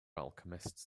alchemists